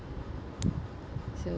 so